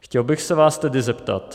Chtěl bych se vás tedy zeptat.